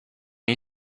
you